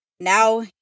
Now